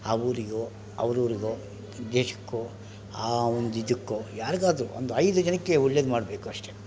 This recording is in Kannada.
ಆ ಊರಿಗೋ ಅವರೂರಿಗೋ ದೇಶಕ್ಕೋ ಆ ಒಂದು ಇದಕ್ಕೋ ಯಾರಿಗಾದ್ರು ಒಂದು ಐದು ಜನಕ್ಕೆ ಒಳ್ಳೇದು ಮಾಡಬೇಕು ಅಷ್ಟೆ